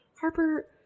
Harper